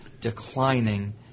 declining